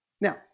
Now